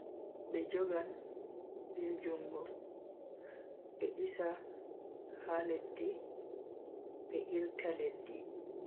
Be jogan be jungo, be disa ha leddi be irta leddi,